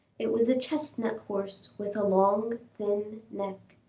it was a chestnut horse with a long, thin neck.